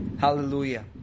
Hallelujah